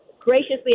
graciously